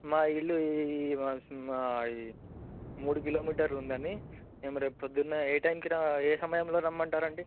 మా ఇల్లు ఈ మా మూడు కిలో మీటర్లు ఉందండి మేము రేపు పొద్దున్నే ఏ టైమ్కి ర ఏ సమయంలో రమ్మంటారు అండి